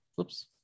Oops